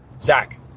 Zach